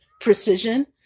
precision